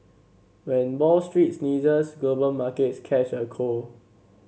when Wall Street sneezes global markets catch a cold